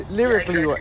lyrically